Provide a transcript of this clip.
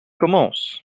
commence